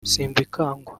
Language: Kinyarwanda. simbikangwa